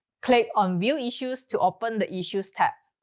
click on view issues to open the issues tab.